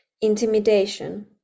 intimidation